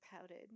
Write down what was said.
pouted